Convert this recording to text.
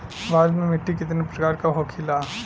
भारत में मिट्टी कितने प्रकार का होखे ला?